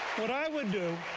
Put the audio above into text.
what i would do,